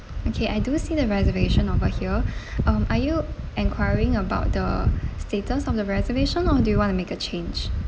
okay I don't see the reservation over here um are you enquiring about the status of the reservation or do you want to make a change